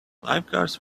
lifeguards